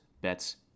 bets